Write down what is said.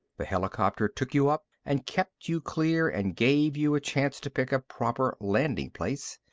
the helicopter took you up and kept you clear and gave you a chance to pick a proper landing place.